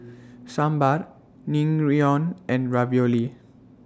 Sambar Naengmyeon and Ravioli